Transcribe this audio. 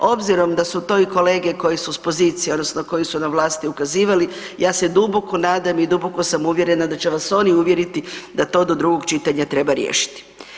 Obzirom da su to i kolege koji su s pozicije odnosno koji su na vlasti ukazivali ja se duboko nadam i duboko sam uvjerena da će vas oni uvjeriti da to do drugog čitanja treba riješiti.